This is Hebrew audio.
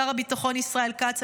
שר הביטחון ישראל כץ,